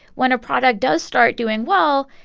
when a product does start doing well,